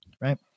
Right